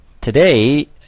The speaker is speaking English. today